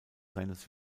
seines